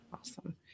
Awesome